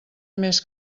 més